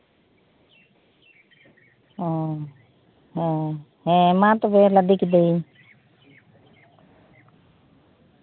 ᱦᱩᱸ ᱦᱮᱸ ᱦᱮᱸ ᱢᱟ ᱛᱚᱵᱮ ᱞᱟᱫᱮ ᱠᱤᱫᱟᱹᱧ